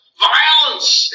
violence